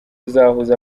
uzahuza